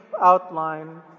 outline